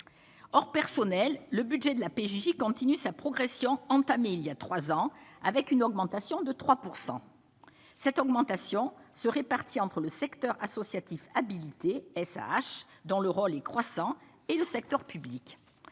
or personnel le budget de la PJJ continue sa progression entamée il y a 3 ans, avec une augmentation de 3 pourcent cette augmentation se répartit entre le secteur associatif habilité SH dont le rôle est croissant et le secteur public,